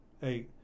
hey